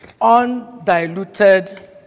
undiluted